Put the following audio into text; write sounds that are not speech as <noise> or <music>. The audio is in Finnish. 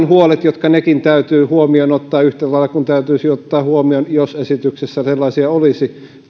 <unintelligible> huolet jotka nekin täytyy huomioon ottaa yhtä lailla kuin täytyisi ottaa huomioon työntekijäpuolen huolet jos esityksessä sellaisia olisi